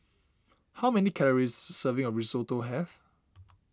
how many calories serving of Risotto have